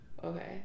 Okay